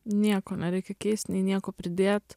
nieko nereikia keist nei nieko pridėt